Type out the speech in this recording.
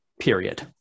period